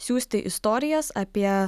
siųsti istorijas apie